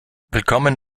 willkommen